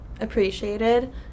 appreciated